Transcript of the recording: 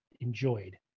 Enjoyed